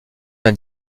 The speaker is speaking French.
d’un